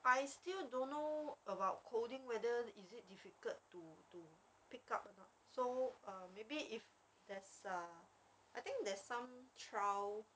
I still don't know about coding whether is it difficult to to pick up or not so maybe if there's uh I think there's some trial